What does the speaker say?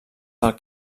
del